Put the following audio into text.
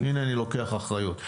הינה, אני לוקח אחריות.